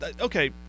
okay